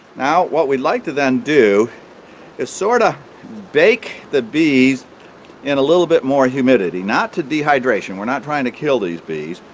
now what we like to then do is sort of bake the bees in a little bit more humidity, not to dehydration we're not trying to kill these bees,